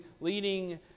leading